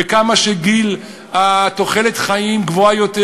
וכמה שתוחלת החיים גבוהה יותר,